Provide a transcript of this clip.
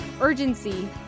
urgency